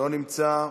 אינו נמצא,